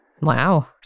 Wow